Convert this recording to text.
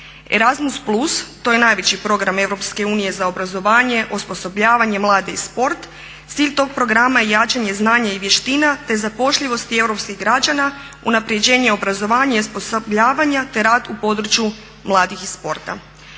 Erasmus plus to je najveći program EU za obrazovanje, osposobljavanje mladih i sport, cilj tog programa je jačanje znanja i vještina te zapošljivost europskih građana unapređenje, obrazovanje i osposobljavanje te rad u području mladih i sporta.